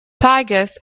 tigers